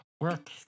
work